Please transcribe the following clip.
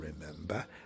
remember